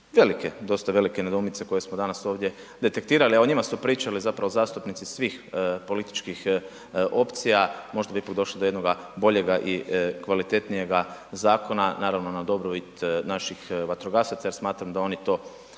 velike, dosta velike nedoumice koje smo danas ovdje detektirali, a o njima su pričali zapravo zastupnici svih političkih opcija, možda bi tu došlo do jednoga boljega i kvalitetnijega zakona naravno na dobrobit naših vatrogasaca jer smatram da oni to,